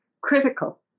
critical